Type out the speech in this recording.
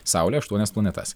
saulė aštuonias planetas